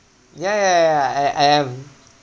ya ya ya ya I I am